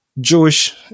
Jewish